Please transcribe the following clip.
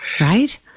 right